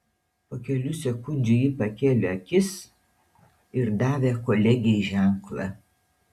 po kelių sekundžių ji pakėlė akis ir davė kolegei ženklą